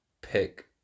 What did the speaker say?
pick